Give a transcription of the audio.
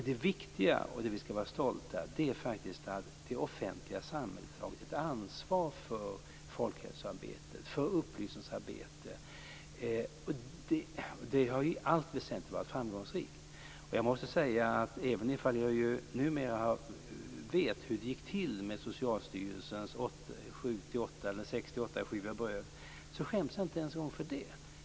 Det viktiga och det vi skall vara stolta över är faktiskt att det offentliga samhället har tagit ett ansvar för folkhälsoarbete och upplysningsarbete. Det har i allt väsentligt varit framgångsrikt. Jag måste säga att även om jag numera vet hur det gick till med Socialstyrelsens 6-8 skivor bröd, skäms jag inte ens en gång för det.